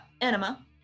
enema